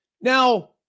Now